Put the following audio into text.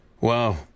Wow